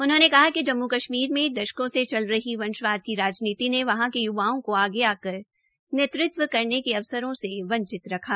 उन्होंने कहा कि जम्मू कश्मीर में दशकों से चल रही वंशवाद की राजनीति ने वहां के य्वाओं को आगे आकर नेतृत्व करने के अवसरों से वंचित रखा